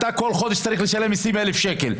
אתה צריך לשלם כל חודש מיסים 20,000 שקל,